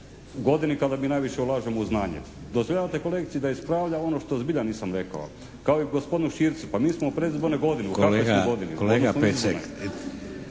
Kolega Pecek,